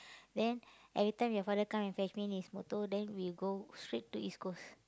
then every time your father come and fetch me in his motor then we go straight to East-Coast